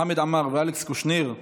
חמד עמאר ואלכס קושניר,